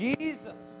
Jesus